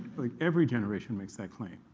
like, every generation makes that claim.